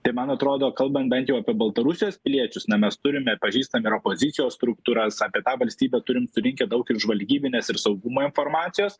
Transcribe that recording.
tai man atrodo kalbant bent jau apie baltarusijos piliečius na mes turime pažįstam ir opozicijos struktūras apie tą valstybę turim surinkę daug ir žvalgybinės ir saugumo informacijos